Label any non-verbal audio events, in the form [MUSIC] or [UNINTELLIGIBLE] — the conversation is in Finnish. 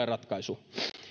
[UNINTELLIGIBLE] ratkaisu